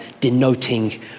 denoting